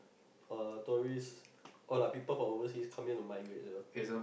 uh tourist got lah people from overseas come here to migrate here